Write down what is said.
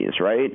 right